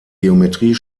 geometrie